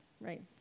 right